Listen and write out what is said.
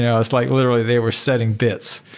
yeah it's like, literally, they were setting bits.